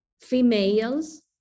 females